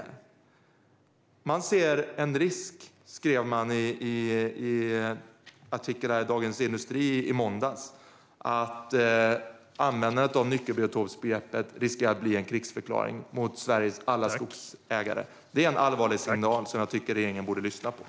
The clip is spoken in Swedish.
I en artikel i Dagens industri kunde vi i måndags läsa att det finns en risk att användandet av nyckelbiotopsbegreppet kan bli en krigsförklaring mot Sveriges alla skogsägare. Det här är en allvarlig signal som jag tycker att regeringen borde lyssna till.